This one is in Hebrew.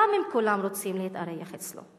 גם אם כולם רוצים להתארח אצלו.